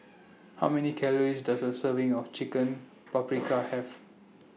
How Many Calories Does A Serving of Chicken Paprikas Have